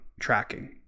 tracking